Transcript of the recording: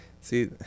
See